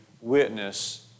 witness